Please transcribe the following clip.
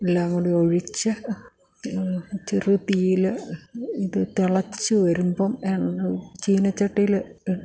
എല്ലാം കൂടി ഒഴിച്ചു ചെറു തീയിൽ ഇത് തിളച്ചു വരുമ്പം ചീനച്ചട്ടിയിൽ